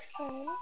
Okay